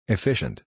Efficient